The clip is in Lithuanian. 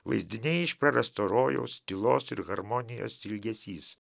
vaizdiniai iš prarasto rojaus tylos ir harmonijos ilgesys